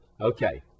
Okay